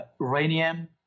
uranium